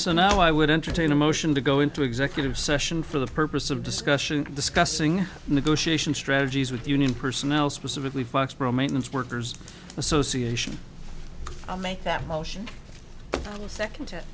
so now i would entertain a motion to go into executive session for the purpose of discussion discussing negotiation strategies with the union personnel specifically foxborough maintenance workers association i'll make that motion the second test